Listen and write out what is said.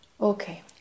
Okay